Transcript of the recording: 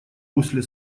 русле